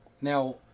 Now